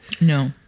No